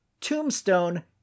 Tombstone